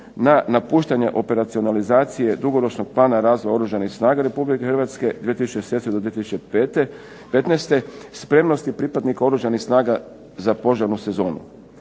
na napuštanja operacionalizacije dugoročnog plana razvoja Oružanih snaga Republike Hrvatske 2007. do 2015. spremnosti pripadnika Oružanih snaga za požarnu sezonu.